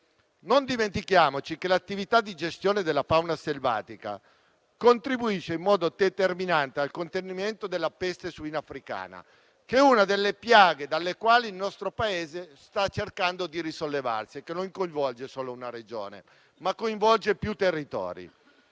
Non dimentichiamo che l'attività di gestione della fauna selvatica contribuisce in modo determinante al contenimento della peste suina africana, una delle piaghe dalle quali il nostro Paese sta cercando di risollevarsi, che non coinvolge solo una Regione, ma coinvolge più territori.